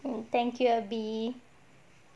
mm thank you erby